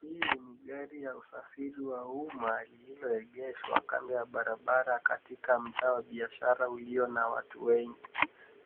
Hii ni gari ya usafiri wa umma lililoegeshwa kando ya barabara katika mtaa wa biashara ulio na watu wengi.